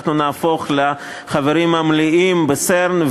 אנחנו נהפוך לחברים מלאים ב-CERN,